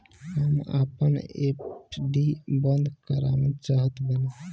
हम आपन एफ.डी बंद करना चाहत बानी